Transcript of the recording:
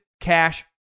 Cash